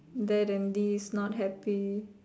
there Rendy is not happy